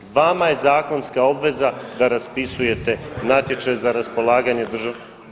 Vama je zakonska obveza da raspisujete natječaj za raspolaganje državnim